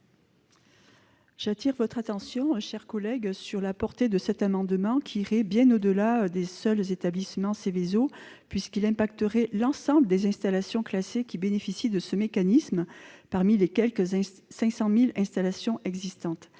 J'attire votre attention, ma chère collègue, sur la portée de cet amendement, qui irait bien au-delà des seuls établissements Seveso, puisqu'il impacterait l'ensemble des installations classées qui bénéficient de ce mécanisme parmi les quelque 500 000 installations existantes.